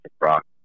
rock